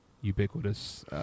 ubiquitous